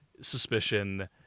suspicion